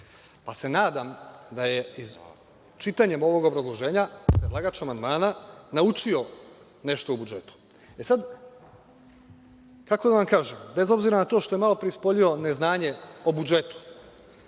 Nadam se da je čitanjem ovog obrazloženja predlagač amandmana naučio nešto o budžetu. Kako da vam kažem, bez obzira na to što je malopre ispoljio neznanje o budžetu,